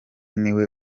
niwe